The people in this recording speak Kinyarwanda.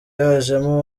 hajemo